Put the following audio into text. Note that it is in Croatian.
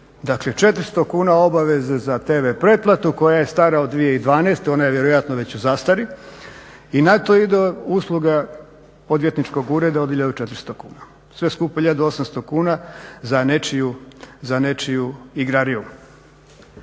Dakle, 400 kuna obaveze za tv pretplatu koja je stara od 2012. Ona je vjerojatno već u zastari. I na to ide usluga odvjetničkog ureda od 1400 kuna. Sve skupa 1800 kuna za nečiju igrariju.